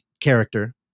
character